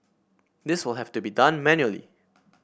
this will have to be done manually